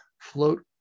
float